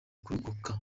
kurokoka